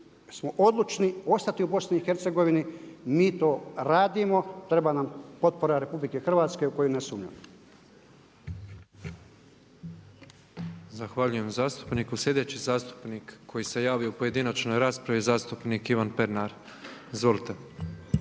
smo odlučni ostati u BiH-a. Mi to radimo, treba nam potpora RH u koju ne sumnjam. **Petrov, Božo (MOST)** Zahvaljujem zastupnik. Sljedeći zastupnik koji se javio u pojedinačnoj raspravi je zastupnik Ivan Pernar. Izvolite.